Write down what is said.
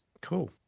Cool